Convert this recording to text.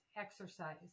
exercise